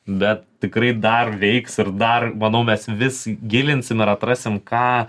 bet tikrai dar veiks ir dar manau mes vis gilinsim ir atrasim ką